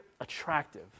attractive